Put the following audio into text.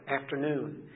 afternoon